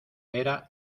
era